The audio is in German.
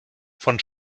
von